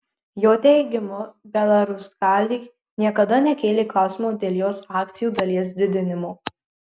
jo teigimu belaruskalij niekada nekėlė klausimo dėl jos akcijų dalies didinimo